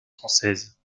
française